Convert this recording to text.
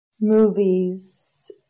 Movies